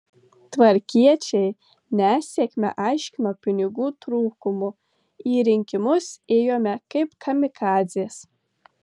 tvarkiečiai nesėkmę aiškino pinigų trūkumu į rinkimus ėjome kaip kamikadzės